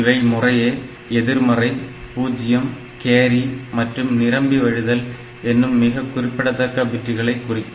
இவை முறையே எதிர்மறை பூஜ்ஜியம் கேரி மற்றும் நிரம்பி வழிதல் என்னும் மிக குறிப்பிடத்தக்க பிட்டுகளை குறிக்கும்